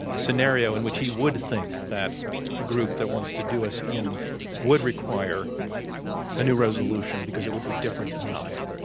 scenario in which he would think that a group that wants to do us in would require a new resolution because it would be different enough?